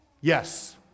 Yes